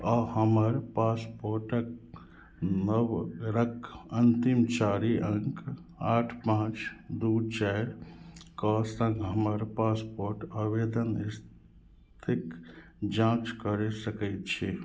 आ हमर पासपोर्टक नंबरक अंतिम चारि अंक आठ पाँच दू चारिके संग हमर पासपोर्ट आवेदन स्थितिक जाँच कऽ सकैत छी